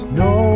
no